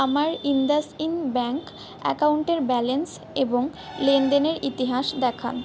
আমার IndusInd bank অ্যাকাউন্টের balance এবং লেনদেনের ইতিহাস দেখান